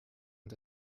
und